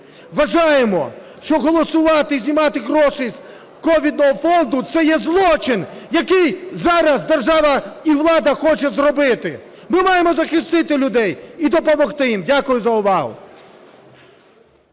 Вважаємо, що голосувати знімати гроші з ковідного фонду – це є злочин, який зараз держава і влада хочуть зробити. Ми маємо захистити людей і допомогти їм. Дякую за увагу.